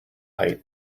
height